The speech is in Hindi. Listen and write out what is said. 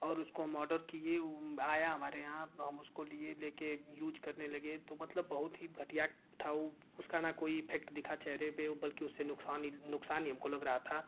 और उसको हम ऑडर किए आया हमारे यहाँ हम उसको लिए ले कर यूज करने लगे तो मतलब बहुत ही घटिया था वो उसका न कोई इफेक्ट दिखा चेहरे पर और बल्कि उससे नुकसान ही नुकसान ही हमको लग रहा था